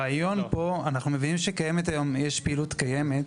אנחנו מבינים שיש היום פעילות קיימת,